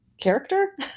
character